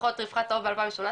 לפחות רווחת העוף ב-2018.